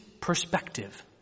perspective